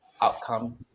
outcome